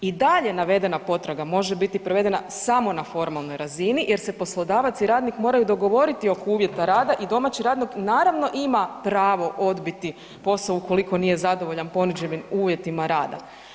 I dalje navedena potraga može biti provedena samo na formalnoj razini jer se poslodavac i radnik moraju dogovoriti oko uvjeta rada i domaći radnik naravno ima pravo odbiti posao ukoliko nije zadovoljan ponuđenim uvjetima rada.